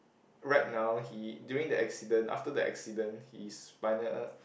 right now he during the accident after the accident his spinal